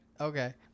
okay